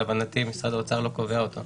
להבנתי משרד האוצר לא קובע אותו,